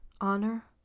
honor